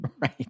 Right